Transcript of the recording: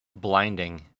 blinding